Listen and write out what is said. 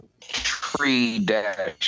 tree-dash